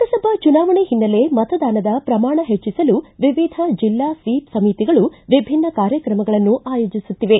ಲೋಕಸಭಾ ಚುನಾವಣೆ ಹಿನ್ನೆಲೆ ಮತದಾನದ ಪ್ರಮಾಣ ಹೆಚ್ಚಸಲು ವಿವಿಧ ಜಿಲ್ಲಾ ಸ್ವೀಪ್ ಸಮಿತಿಗಳು ವಿಭಿನ್ನ ಕಾರ್ಯಕ್ರಮಗಳನ್ನು ಆಯೋಜಿಸುತ್ತಿವೆ